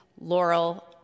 Laurel